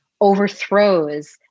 overthrows